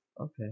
Okay